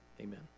amen